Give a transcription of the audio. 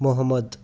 Mohammed